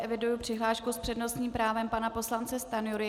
Eviduji zde přihlášku s přednostním právem pana poslance Stanjury.